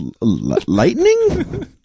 lightning